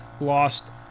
lost